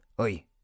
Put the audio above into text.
oi